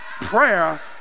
prayer